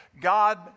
God